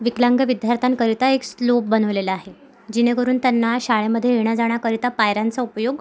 विकलांग विद्यार्थ्यांकरिता एक स्लोप बनवलेला आहे जेणेकरून त्यांना शाळेमध्ये येण्याजाण्याकरिता पायऱ्यांचा उपयोग